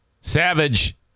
Savage